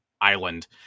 island